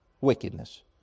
wickedness